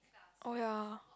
oh ya